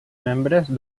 membres